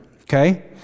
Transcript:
Okay